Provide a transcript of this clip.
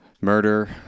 Murder